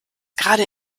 gerade